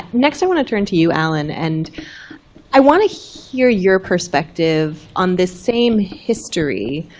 next i want to turn to you, alan. and i want to hear your perspective on this same history,